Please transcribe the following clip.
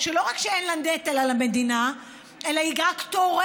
שלא רק שאין בה נטל על המדינה אלא היא רק תורמת,